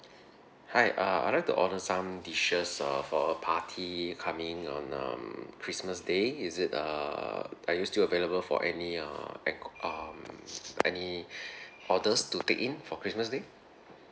hi uh I'd like to order some dishes uh for a party coming on um christmas day is it err are you still available for any uh ac~ um any orders to take in for christmas day